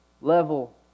level